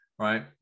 Right